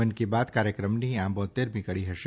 મન કી બાત કાર્યક્રમની આ બોત્તેરમી કડી હશે